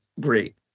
great